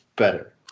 better